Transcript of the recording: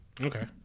Okay